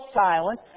silent